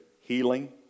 healing